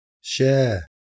Share